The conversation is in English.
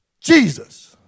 Jesus